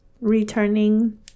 returning